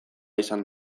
izan